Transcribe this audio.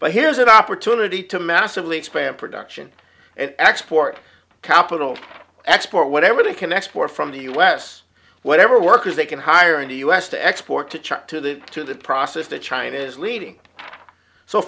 but here's an opportunity to massively expand production and export capital export whatever they can export from the u s whatever workers they can hire in the u s to export to china to the to the process that china is leading so